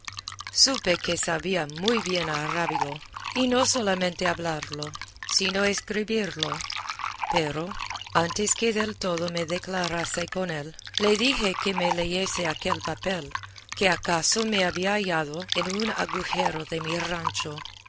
y no solamente hablarlo sino escribirlo pero antes que del todo me declarase con él le dije que me leyese aquel papel que acaso me había hallado en un agujero de mi rancho